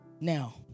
Now